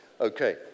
Okay